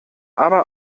aber